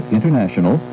International